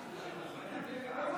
נגד,